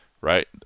right